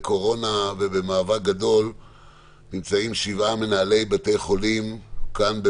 יצאתי למאהל של שבעה מנהלי בתי חולים כאן,